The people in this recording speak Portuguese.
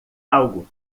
algo